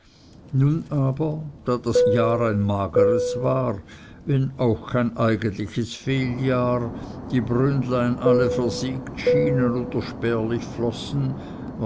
nun aber da das jahr ein mageres war wenn auch kein eigentlich fehljahr die brünnlein alle versiegt schienen oder spärlich flossen